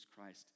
Christ